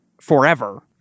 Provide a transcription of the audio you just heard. forever